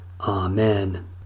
Amen